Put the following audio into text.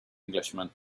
englishman